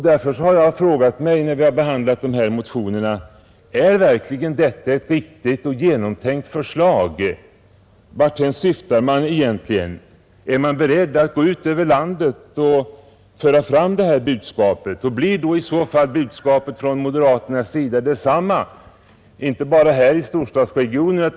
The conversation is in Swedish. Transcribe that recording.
Därför har jag frågat mig när vi har behandlat dessa motioner: Är verkligen detta ett riktigt och genomtänkt förslag? Varthän syftar man egentligen? Är man beredd att gå ut i landet och föra fram detta budskap, och blir i så fall budskapet från moderaternas sida detsamma överallt, inte bara här i storstadsregionerna?